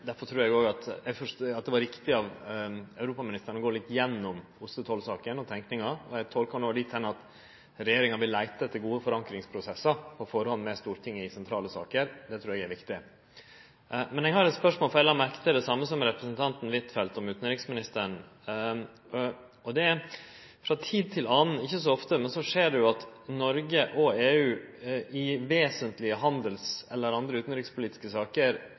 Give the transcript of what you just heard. tenkinga, og eg tolkar han no dit at regjeringa vil leite etter gode forankringsprosessar på førehand med Stortinget i sentrale saker. Det trur eg er viktig. Men eg har eit spørsmål, for eg la merke til det same som representanten Huitfeldt, om utanriksministeren: Frå tid til annan, ikkje så ofte, skjer det at Noreg og EU i vesentlege handels- og andre utanrikspolitiske saker